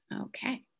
Okay